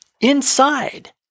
inside